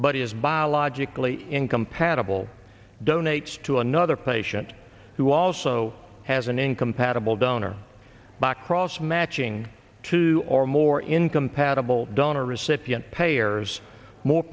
is biologically incompatible donates to another patient who also has an incompatible donor backcross matching two or more incompatible done or recipient payers more